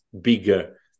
bigger